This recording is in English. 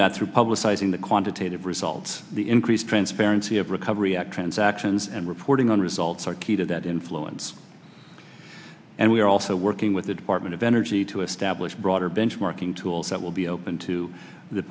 that through publicizing the quantitative results the increased transparency of recovery act transactions and reporting on results are key to that influence and we are also working with the department of energy to establish broader benchmark tools that will be open to the